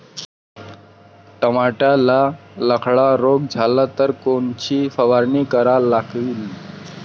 टमाट्याले लखड्या रोग झाला तर कोनची फवारणी करा लागीन?